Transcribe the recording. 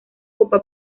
popa